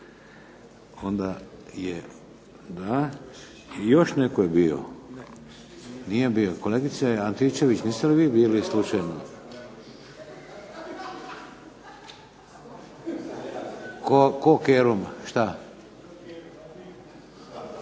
Onda je, da, i još netko je bio. Nije bio? Kolegice Antičević niste li vi bili slučajno? Tko Kerum? Šta?